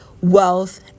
wealth